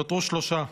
נותרו שלושה.